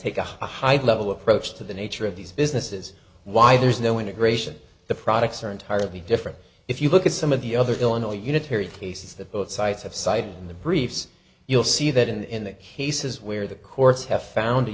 take a high level approach to the nature of these businesses why there's no integration the products are entirely different if you look at some of the other illinois unitary cases that both sides have cited in the briefs you'll see that in cases where the courts have found a